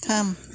थाम